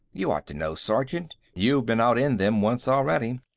you ought to know, sergeant you've been out in them once already.